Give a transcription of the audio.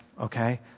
Okay